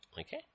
Okay